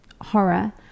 horror